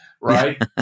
Right